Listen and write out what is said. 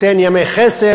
תן ימי חסד.